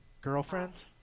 girlfriends